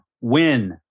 win